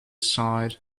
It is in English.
side